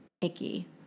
icky